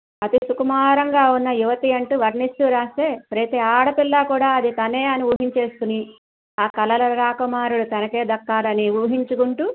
అతి సుకుమారంగా ఉన్న యువతి అంటూ వర్ణిస్తూ రాసే ప్రతీ ఆడపిల్లా కూడా అది తనే అని ఊహించేసుకుని ఆ కలల రాకుమారుడు తనకే దక్కాలని ఊహించుకుంటూ